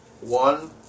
One